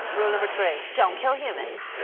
rule number three. don't kill humans.